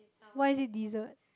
why is it dessert